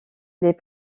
les